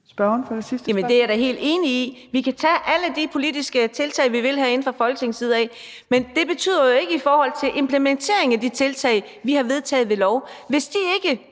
spørgsmål. Kl. 15:26 Karina Adsbøl (DF): Jamen det er jeg da helt enig i. Vi kan tage alle de politiske tiltag, vi vil, herinde fra Folketingets side, men det betyder jo ikke noget i forhold til implementeringen af de tiltag, vi har vedtaget ved lov. Hvis de ikke